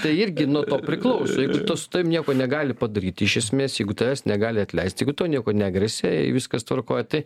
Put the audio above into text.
tai irgi nuo to priklauso jeigu tu su tavim nieko negali padaryti iš esmės jeigu tavęs negali atleisti jeigu tau nieko negresia jei viskas tvarkoj tai